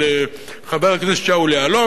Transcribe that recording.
של חבר הכנסת שאול יהלום,